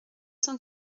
cent